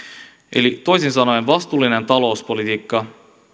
eli toisin sanoen vastuullinen talouspolitiikka